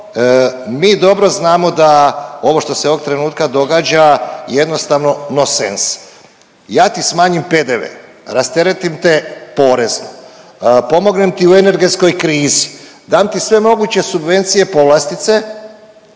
mi dobro znamo da ovo što se ovog trenutka događa jednostavno nonsens. Ja ti smanjim PDV, rasteretim te porezno, pomognem ti u energetskoj krizi, dam ti sve moguće subvencije, povlastice,